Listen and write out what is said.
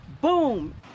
boom